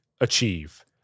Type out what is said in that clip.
achieve